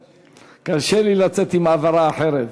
קשה לי לצאת עם הברה אחרת.